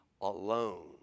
alone